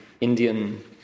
Indian